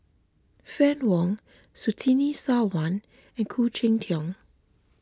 Fann Wong Surtini Sarwan and Khoo Cheng Tiong